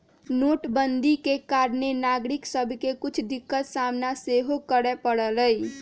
नोटबन्दि के कारणे नागरिक सभके के कुछ दिक्कत सामना सेहो करए परलइ